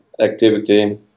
activity